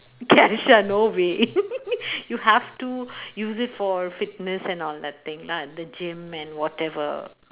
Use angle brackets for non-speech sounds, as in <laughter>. cash ah no way <laughs> you have to use it for fitness and all that thing lah the gym and whatever